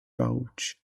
pouch